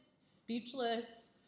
speechless